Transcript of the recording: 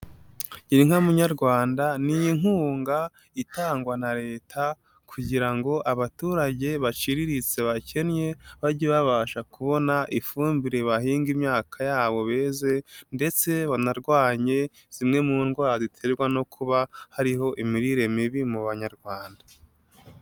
Gira inka munyarwanda ni inkunga itangwa na Leta kugira ngo abaturage baciriritse bakennye bajye babasha kubona ifumbire, bahinga imyaka yabo beze ndetse banarwanye zimwe mu ndwara ziterwa no kuba hariho imirire mibi mu banyarwanda.